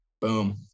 boom